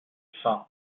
fin